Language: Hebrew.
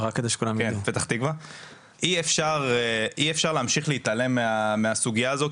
אי אפשר להמשיך להתעלם מהסוגיה הזאת,